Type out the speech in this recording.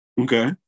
Okay